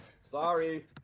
Sorry